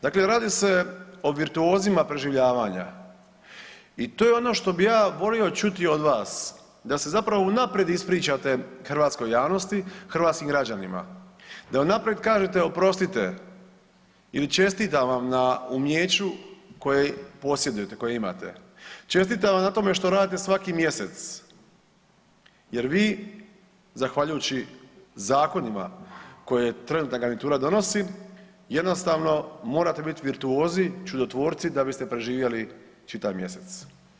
Dakle, radi se o virtuozima preživljavanja i to je ono što bi ja volio čuti od vas da se zapravo unaprijed ispričate hrvatskoj javnosti, hrvatskim građanima da unaprijed kažete oprostite ili čestitam vam na umijeću koje posjedujete koje imate, čestitam vam na tome što radite svaki mjesec jer vi zahvaljujući zakonima koje trenutna garnitura donosi jednostavno morate biti virtuozi, čudotvorci da biste preživjeli čitav mjesec.